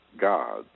God